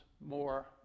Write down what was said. more